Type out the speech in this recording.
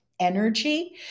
energy